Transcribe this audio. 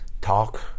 talk